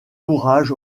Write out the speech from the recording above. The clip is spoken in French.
courage